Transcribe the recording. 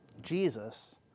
Jesus